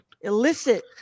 Illicit